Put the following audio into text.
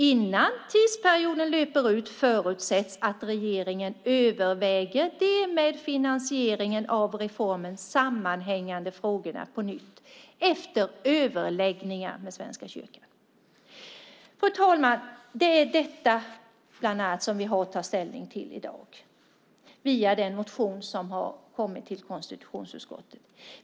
Innan tidsperioden löper ut förutsätts att regeringen överväger de med finansieringen av reformen sammanhängande frågorna på nytt efter överläggningar med Svenska kyrkan. Fru talman! Det är bland annat detta som vi har att ta ställning till i dag via den motion som har kommit till konstitutionsutskottet.